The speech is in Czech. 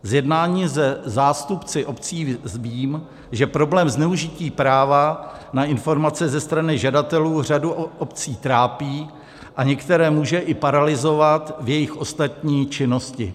Z jednání se zástupci obcí vím, že problém zneužití práva na informace ze strany žadatelů řadu obcí trápí a některé může i paralyzovat v jejich ostatní činnosti.